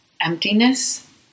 emptiness